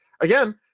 again